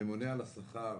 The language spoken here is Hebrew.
ממונה על השכר